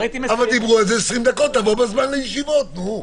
תבוא בזמן לישיבות, נו.